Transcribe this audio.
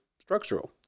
structural